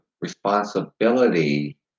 responsibility